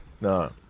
no